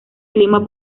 clima